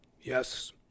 Yes